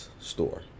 store